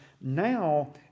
Now